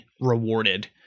rewarded